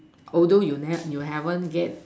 although you never you haven't get